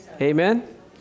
Amen